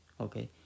okay